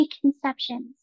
preconceptions